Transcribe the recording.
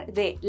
de